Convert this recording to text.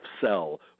sell